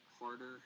harder